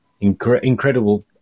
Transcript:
incredible